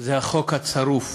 זה החוק הצרוף